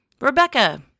Rebecca